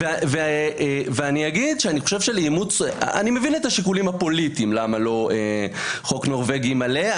אני מבין את השיקולים הפוליטיים למה לא חוק נורבגי מלא.